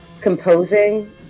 composing